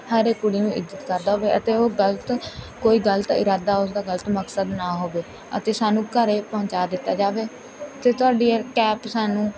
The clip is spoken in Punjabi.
ਹਰ ਇੱਕ ਕੁੜੀ ਨੂੰ ਇੱਜ਼ਤ ਕਰਦਾ ਹੋਵੇ ਅਤੇ ਉਹ ਗਲਤ ਕੋਈ ਗਲਤ ਇਰਾਦਾ ਉਸਦਾ ਗਲਤ ਮਕਸਦ ਨਾ ਹੋਵੇ ਅਤੇ ਸਾਨੂੰ ਘਰ ਪਹੁੰਚਾ ਦਿੱਤਾ ਜਾਵੇ ਅਤੇ ਤੁਹਾਡੀ ਕੈਪ ਸਾਨੂੰ